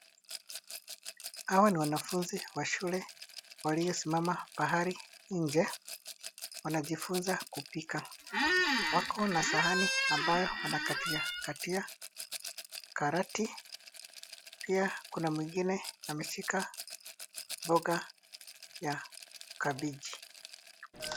Hawa ni wanafunzi wa shuke waliyosimama mahali nje. Wanajifunza kupika. Wako na sahani ambayo wabakatia katia karoti. Pia kuna mwengine ameshika mboga ya kabeji.